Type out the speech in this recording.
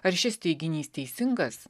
ar šis teiginys teisingas